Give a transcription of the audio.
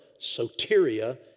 soteria